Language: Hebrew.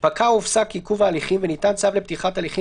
"פקע או הופסק עיכוב ההליכים וניתן צו לפתיחת הליכים